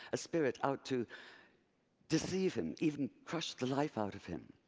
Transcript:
a spirit out to deceive him, even crush the life out of him.